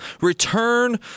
return